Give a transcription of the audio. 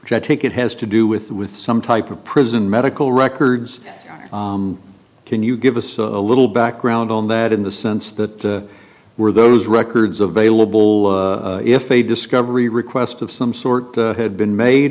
which i take it has to do with with some type of prison medical records can you give us a little background on that in the sense that were those records available if a discovery request of some sort been made